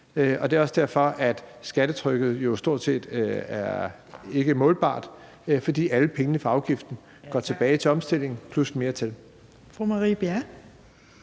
sig. Det er også derfor, at skattetrykket jo stort set ikke er målbart. For alle pengene fra afgiften går tilbage til omstillingen, plus mere til.